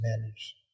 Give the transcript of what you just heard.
manage